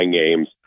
games